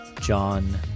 John